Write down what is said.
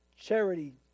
charity